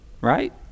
right